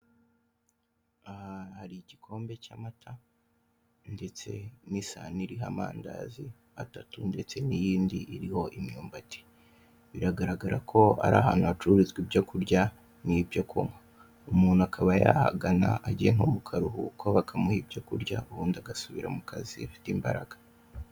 Aha hari igikombe cy'amata, ndetse n'isahani iriho amandazi atatu, ndetse n'iyindi iriho imyumbati, biragaragara ko ari ahantu hacururizwa ibyo kurya n'ibyo kunywa. Umuntu akaba yahagana agiye nko mu karuhuko, bakamuha ibyo kurya, ubundi agasubira mu kazi afite imbaraga.